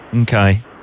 Okay